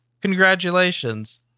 congratulations